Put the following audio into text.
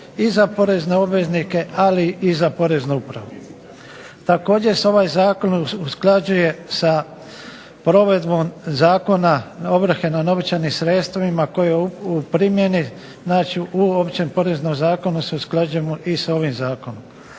i za porezne obveznike ali i za Poreznu upravu. Također se ovaj zakon usklađuje sa provedbom Zakona ovrhe na novčanim sredstvima koji je u primjeni. Znači u Općem poreznom zakonu se usklađujemo i sa ovim zakonom.